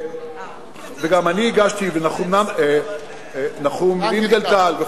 וגם אני הגשתי, ונחום לנגנטל.